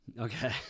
Okay